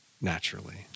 naturally